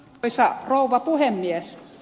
arvoisa rouva puhemies